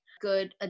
good